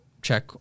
check